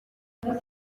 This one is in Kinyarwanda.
umwe